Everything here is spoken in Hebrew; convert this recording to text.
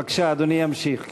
בבקשה, אדוני ימשיך.